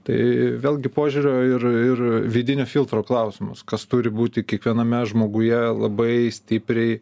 tai vėlgi požiūrio ir ir vidinio filtro klausimas kas turi būti kiekviename žmoguje labai stipriai